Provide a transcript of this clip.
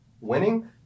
Winning